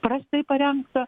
prastai parengta